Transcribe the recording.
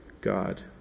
God